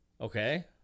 Okay